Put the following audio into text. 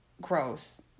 Gross